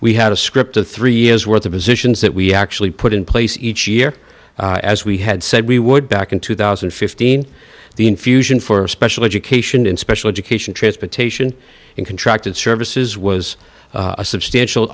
we had a script of three years worth of positions that we actually put in place each year as we had said we would back in two thousand and fifteen the infusion for special education in special education transportation and contracted services was a substantial